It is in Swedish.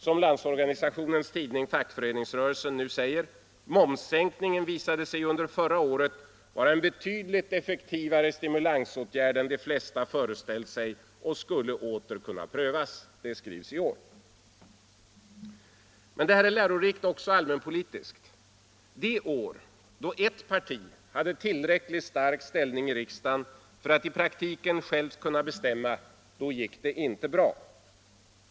Som Landsorganisationens tidning Fackföreningsrörelsen nu säger: ”Momssänkningen visade sig ju under förra året vara en betydligt effektivare stimulansåtgärd än de flesta föreställt sig och skulle åter kunna prövas.” Men det här är lärorikt också allmänpolitiskt. De år då ert parti hade tillräckligt stark ställning i riksdagen för att i praktiken självt kunna bestämma — då gick det inte bra.